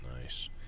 nice